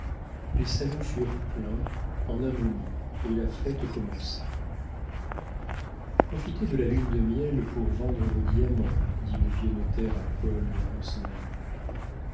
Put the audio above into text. les salons furent pleins en un moment et la fête commença profitez de la lune de miel pour vendre vos diamants dit le vieux notaire à paul en s'en allant